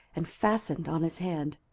and fastened on his hand.